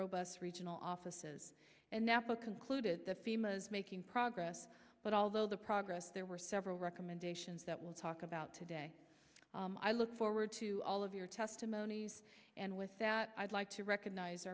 robust regional offices and napa concluded that the most making progress but although the progress there were several recommendations that we'll talk about today i look forward to all of your testimony and with that i'd like to recognize